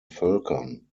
völkern